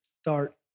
start